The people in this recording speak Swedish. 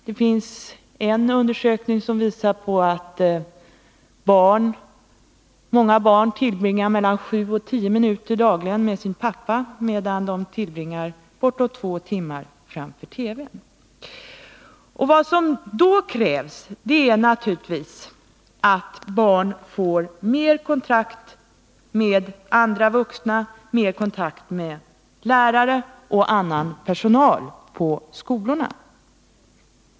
Det finns en undersökning som visar att många barn tillbringar mellan sju och tio minuter dagligen med sin pappa, medan de tillbringar bortåt två timmar framför TV:n. Vad som då krävs är naturligtvis att barnen får mer kontakt med andra vuxna, mer kontakt med lärare och annan personal på skolorna.